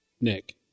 Nick